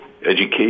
education